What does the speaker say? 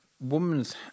woman's